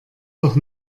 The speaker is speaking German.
doch